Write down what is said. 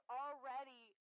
already